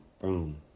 Boom